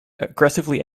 aggressively